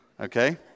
okay